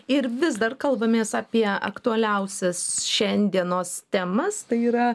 ir vis dar kalbamės apie aktualiausias šiandienos temas tai yra